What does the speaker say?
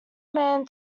man